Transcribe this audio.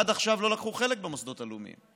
עד עכשיו הם לא לקחו חלק במוסדות הלאומיים.